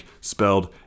spelled